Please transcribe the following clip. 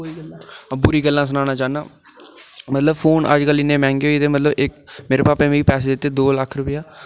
अ'ऊं बुरी गल्लां सनाना चाह्नां मतलब फोन अजकल इ'न्ने मैहंगे होई गेदे मतलब क मेरे भापै मिगी पैसे दित्ते दो लक्ख रपेआ